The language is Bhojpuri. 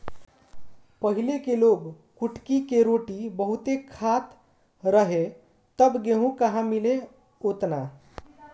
पहिले के लोग कुटकी के रोटी बहुते खात रहे तब गेहूं कहां मिले ओतना